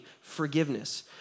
forgiveness